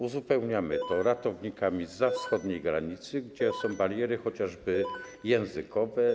Uzupełniamy braki ratownikami zza wschodniej granicy, ale są bariery, chociażby językowe.